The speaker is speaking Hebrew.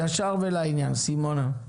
ישר ולעניין, סימונה.